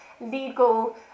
legal